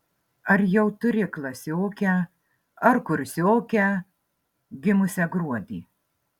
ar jau turi klasiokę ar kursiokę gimusią gruodį